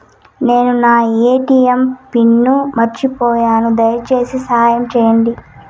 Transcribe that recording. నేను నా ATM pin మర్చిపోయాను, దయచేసి సహాయం చేయండి